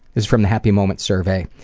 is from the happy moments survey,